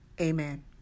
amen